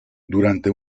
durante